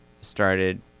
started